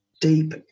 Deep